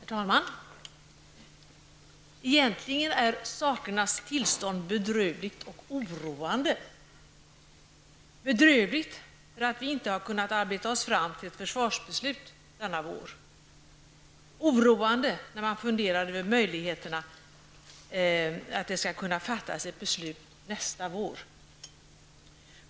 Herr talman! Egentligen är sakernas tillstånd bedrövligt och oroande -- bedrövligt för att vi inte har kunnat arbeta oss fram till ett försvarsbeslut denna vår och oroande när man funderar över möjligheterna till ett beslut nästa vår.